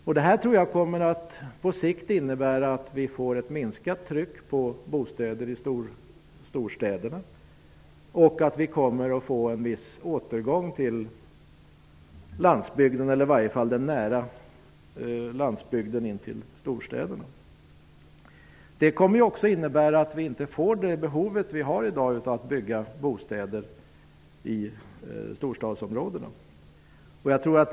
Jag tror att detta på sikt kommer att innebära att vi får ett minskat tryck på bostäder i storstäderna och att vi får en viss återflyttning till landsbygden, åtminstone i närheten av storstäderna. Det kommer också att innebära att vi inte kommer att ha samma behov av att bygga bostäder i storstadsområdena som i dag.